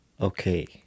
Okay